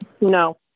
No